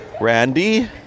Randy